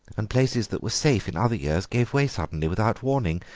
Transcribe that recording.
and places that were safe in other years gave way suddenly without warning.